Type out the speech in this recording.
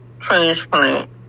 transplant